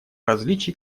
различий